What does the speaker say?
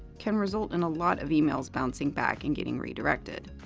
can result in a lot of emails bouncing back and getting redirected.